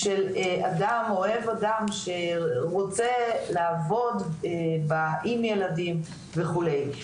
ושל אדם שרוצה לעבוד עם ילדים וכולי.